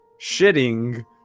shitting